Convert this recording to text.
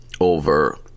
over